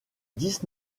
dix